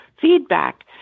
feedback